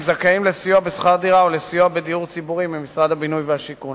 זכאים לסיוע בשכר דירה או בסיוע בדיור ציבורי ממשרד הבינוי והשיכון.